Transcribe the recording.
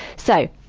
so!